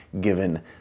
given